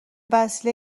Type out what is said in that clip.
وسیله